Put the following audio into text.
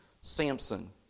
Samson